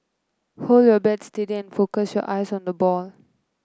hold your bat steady focus your eyes on the ball